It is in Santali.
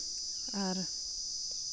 ᱟᱨ